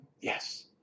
yes